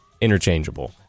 interchangeable